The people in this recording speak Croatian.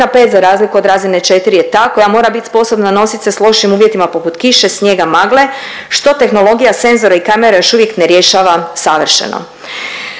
5 za razliku od razine 4 je ta koja mora bit sposobna nosit se s lošim uvjetima poput kiše, snijega, magle, što tehnologija senzora i kamere još uvijek ne rješava savršeno.